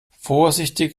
vorsichtig